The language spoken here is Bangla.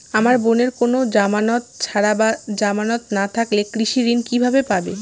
আমার বোনের কোন জামানত ছাড়া বা জামানত না থাকলে কৃষি ঋণ কিভাবে পাবে?